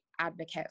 advocate